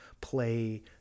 play